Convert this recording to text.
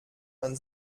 man